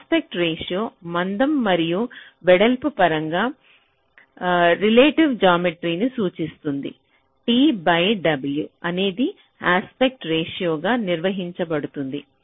aspect ratio మందం మరియు వెడల్పు పరంగా రిలేటివ్స్ జామెట్రీ సూచిస్తుంది t బై w అనేది యస్పెట్ రేషియో గా నిర్వచించబడుతుంది